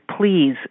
please